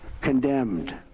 condemned